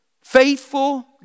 faithful